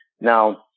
Now